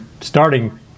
starting